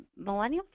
millennials